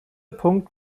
punkt